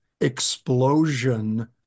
explosion